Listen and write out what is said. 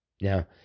Now